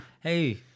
hey